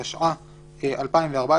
התשע"ה-2014,